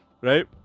Right